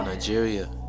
Nigeria